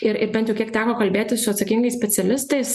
ir ir bent jau kiek teko kalbėti su atsakingais specialistais